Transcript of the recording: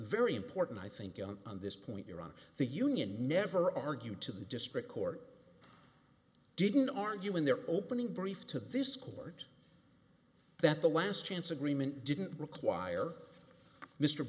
very important i think on this point you're on the union never argue to the district court didn't argue in their opening brief to this court that the last chance agreement didn't require mr